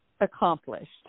accomplished